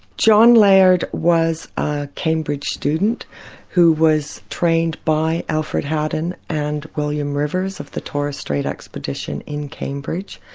john layard was a cambridge student who was trained by alfred haddon and william rivers of the torres strait expedition in cambridge,